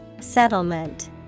Settlement